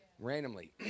randomly